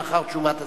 לאחר תשובת השר.